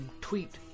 tweet